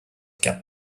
get